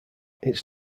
its